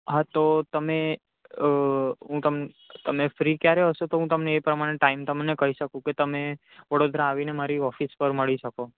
હા તો તમે હું તમને તમે ફ્રી ક્યારે હશે તો હું તમને એ પ્રમાણે ટાઈમ તમને કહી શકું કે તમે વડોદરા આવીને મારી ઓફિસ પર મળી શકો